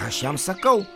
aš jam sakau